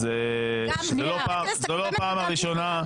זו לא פעם ראשונה.